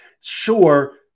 Sure